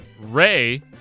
Ray